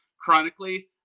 chronically